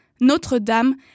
Notre-Dame